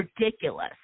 ridiculous